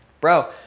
bro